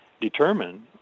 determine